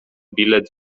bilet